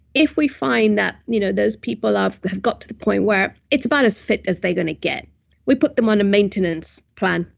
if we find that you know those people have got to the point where it's about as fit as they're going to get we put them on a maintenance plan,